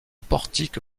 portique